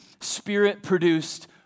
spirit-produced